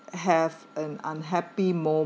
have uh unhappy moment